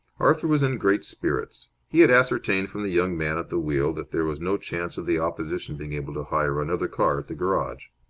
arthur was in great spirits. he had ascertained from the young man at the wheel that there was no chance of the opposition being able to hire another car at the garage.